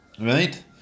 Right